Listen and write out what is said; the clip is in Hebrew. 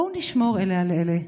בואו נשמור אלה על אלה,